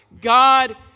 God